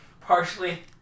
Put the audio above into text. partially